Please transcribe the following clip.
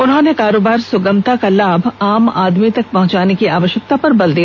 उन्होंने कारोबार सुगमता का लाभ आम आदमी तक पहुंचाने की आवश्यकता पर बल दिया